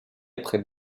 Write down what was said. après